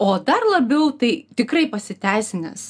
o dar labiau tai tikrai pasiteisinęs